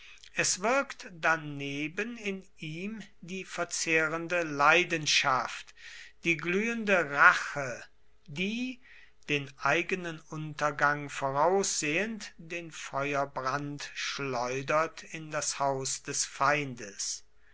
es wirkt daneben in ihm die verzehrende leidenschaft die glühende rache die den eigenen untergang voraussehend den feuerbrand schleudert in das haus des feindes